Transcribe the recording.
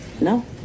no